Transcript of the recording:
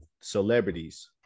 celebrities